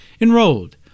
enrolled